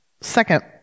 second